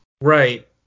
Right